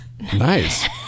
Nice